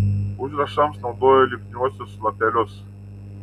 užrašams naudojo lipniuosius lapelius